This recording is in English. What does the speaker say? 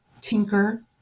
tinker